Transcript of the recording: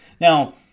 Now